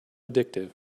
addictive